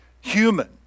human